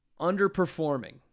Underperforming